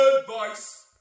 advice